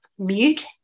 Mute